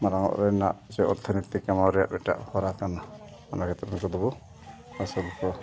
ᱢᱟᱨᱟᱝ ᱚᱜ ᱨᱮᱱᱟᱜ ᱪᱮ ᱚᱨᱛᱷᱚᱱᱳᱭᱛᱤᱠ ᱠᱟᱢᱟᱣ ᱨᱮᱭᱟᱜ ᱢᱤᱫᱴᱮᱱ ᱦᱚᱨᱟ ᱠᱟᱱᱟ ᱚᱱᱟ ᱞᱟᱹᱜᱤᱫ ᱱᱩᱠᱩ ᱫᱚᱵᱚ ᱟᱹᱥᱩᱞ ᱠᱚᱣᱟ